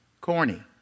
corny